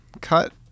cut